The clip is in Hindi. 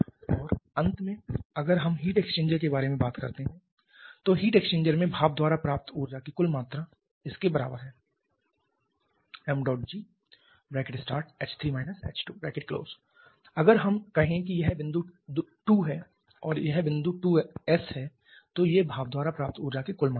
और अंत में अगर हम हीट एक्सचेंजर के बारे में बात करते हैं तो हीट एक्सचेंजर में भाप द्वारा प्राप्त ऊर्जा की कुल मात्रा इसके बराबर है mgh3 h2 अगर हम कहें कि यह बिंदु 2 है और यह बिंदु 2s है तो ये भाप द्वारा प्राप्त ऊर्जा की कुल मात्रा है